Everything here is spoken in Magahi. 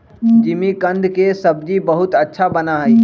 जिमीकंद के सब्जी बहुत अच्छा बना हई